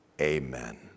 amen